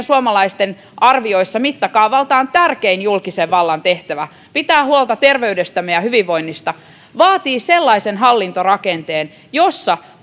suomalaisten arvioissa mittakaavaltaan tärkein julkisen vallan tehtävä pitää huolta terveydestämme ja hyvinvoinnista vaatii sellaisen hallintorakenteen jossa